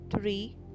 three